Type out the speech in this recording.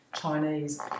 Chinese